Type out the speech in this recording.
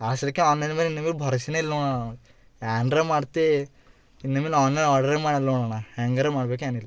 ಆಸಲಿಗೆ online ಮೇಲೆ ನಿಮಗ್ ಭರೋಸಿನೇ ಇಲ್ಲ ನೋಡಣ ಏನ್ರ ಮಾಡ್ತೀ ಇನ್ನು ಮೇಲೆ ಆನ್ಲೈನ್ ಆರ್ಡ್ರೇ ಮಾಡಲ್ಲ ನೋಡಣ ಹ್ಯಾಂಗರು ಮಾಡಬೇಕೆನಿಲ್ಲ